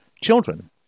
children